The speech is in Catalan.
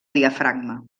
diafragma